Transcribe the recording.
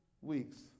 weeks